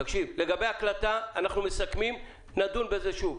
לגבי הקלטה, אנחנו מסכמים שנדון בזה שוב.